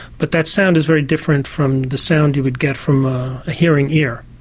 but that sound is very different from the sound you would get from a hearing ear.